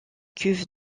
cuves